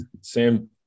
Sam